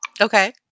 Okay